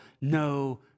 no